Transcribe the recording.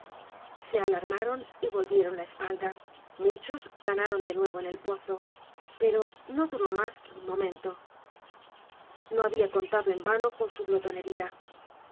se alarmaron y volvieron la espalda muchos ganaron de nuevo en el pozo pero no duró más edgar poe novelas y cuestos que un momento no había contado en vano con su glotonería